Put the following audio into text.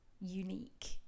unique